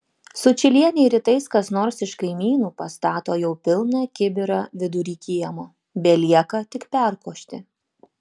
sučylienei rytais kas nors iš kaimynų pastato jau pilną kibirą vidury kiemo belieka tik perkošti